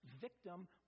victim